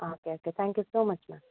okay okay thank you so much ma'am